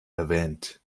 erwähnt